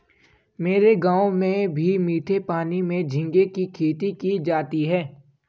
मेरे गांव में भी मीठे पानी में झींगे की खेती की जाती है